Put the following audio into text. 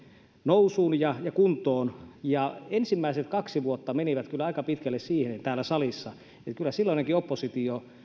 nousuun ja ja kuntoon ja ensimmäiset kaksi vuotta menivät kyllä aika pitkälle siihen täällä salissa että silloinen oppositio